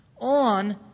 on